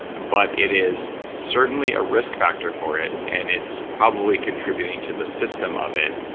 but it is certainly a risk factor for it and it's probably contributing to the system of it.